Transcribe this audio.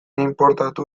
inportatu